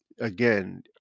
again